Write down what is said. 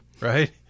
right